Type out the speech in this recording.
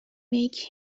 make